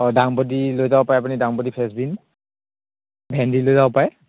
অঁ ডাংবডী লৈ যাব পাৰে আপুনি ডাংবডী ফেচবিন ভেন্দি লৈ যাব পাৰে